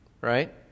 right